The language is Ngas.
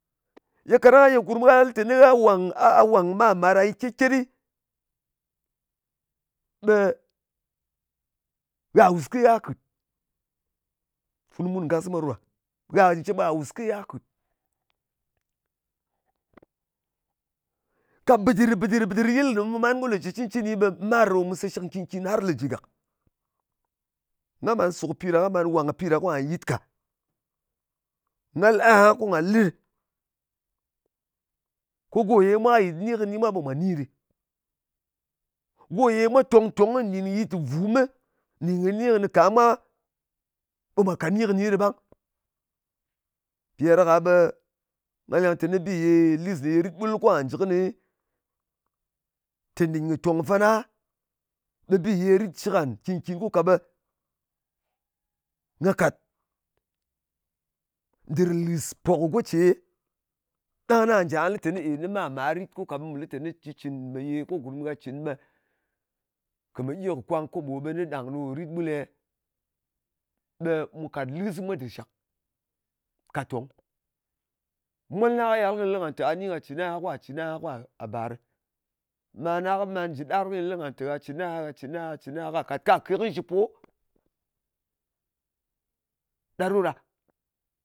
Ye kaɗang ye gurm gha lɨ teni gha wàng, gha wàng mar-màr gha yɨt ket-ket ɗɨ, ɓe gha wùs ke gha kɨt. Teni mun ngas mwa ɗo ɗa. Gha cep gha wùs ke gha kɨ̀t. Ka ɓɨdɨr, bɨdɨr, bɨdɨr bɨdɨr yɨl ne mu man, ko le jɨ pus cɨncɨni, ɓe marɨ ɗo mu se shɨk nkìn-kin har le jɨ gàk. Nga man su kɨ pi ɗa, nga man wàng kɨ pi ɗa kwà yɨt ka. Nga lɨ aha, ko nga lɨ ɗɨ. Ko go ye mwa kɨ yɨt ni kɨni mwa, ɓe mwa ni ɗɨ. Go ye mwa tong-tong nɗin yɨt vumɨ nɗin kɨ ni kɨnɨ ka ma, ɓe mwà kàt ni kɨni ɗɨ. Mpì ɗa ɗak-a ɓe lis ne ye rit ɓul kwà jɨ kɨni, tè, nɗin kɨ tong fana, ɓe bi ye ritshlik ngàn nkin-kin, ko ka ɓe nga kàt dɨr lɨspo kɨ go ce, ɗang na nja lɨ teni mar-màr rit, ko ka ɓe mù lɨ teni shitcɨn mè ye ko gurm gha cɨn ɓe, kɨ mɨ gyi kɨ kwàng koɓo ɓe ni ɗàng ɗo rit ɓul e? Ɓe mu kàt lis mwa dɨ shàk ka tong. Molna kɨ yal kɨy lɨ ngan tè, gha ni gha cɨn aha, ka cɨn aha, kwa a barɨ. Mana kɨ man jɨ ɗar kɨy lɨ ngan te, gha cɨn aha, gha cɨn aha, gha cɨn aha ka kàt ka ke kɨnɨ shɨ po. Ɗa ɗo ɗa.